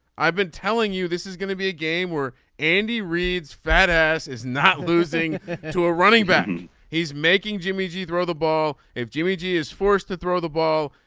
i've been telling you this is going to be a game where andy reid's fat ass is not losing to a running back and he's making jimmy g throw the ball if jimmy g is forced to throw the ball.